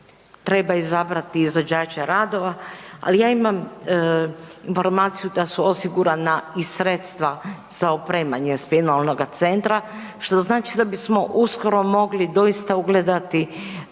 treba izabrati izvođače radova, ali ja imam informaciju da su osigurana i sredstva za opremanje spinalnoga centra, što znači da bismo uskoro mogli doista ugledati